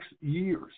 years